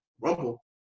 rumble